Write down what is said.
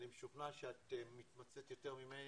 אני משוכנע שאת מתמצאת יותר ממני